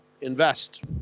invest